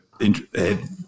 interesting